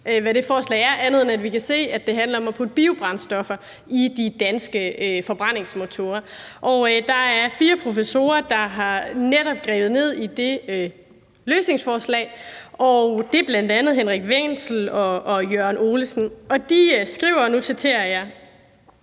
hvad det forslag er, andet end at vi kan se, at det handler om at putte biobrændstoffer i de danske forbrændingsmotorer. Og der er fire professorer, der netop har taget fat i det løsningsforslag – det er bl.a. Henrik Wenzel og Jørgen Olesen – og de skriver, og nu citerer jeg: